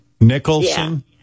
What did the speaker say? Nicholson